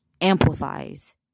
Amplifies